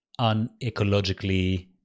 unecologically